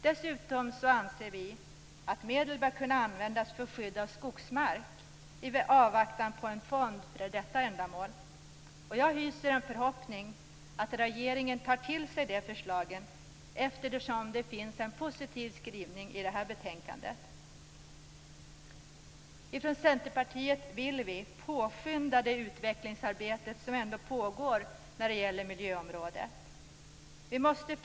Dessutom anser vi att medel bör kunna användas för skydd av skogsmark i avvaktan på en fond för detta ändamål. Jag hyser en förhoppning att regeringen tar till sig de förslagen eftersom det finns en positiv skrivning i det här betänkandet. Vi vill från Centerpartiet påskynda det utvecklingsarbete som pågår på miljöområdet.